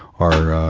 are ah,